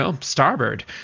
starboard